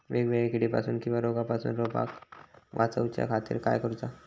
वेगवेगल्या किडीपासून किवा रोगापासून रोपाक वाचउच्या खातीर काय करूचा?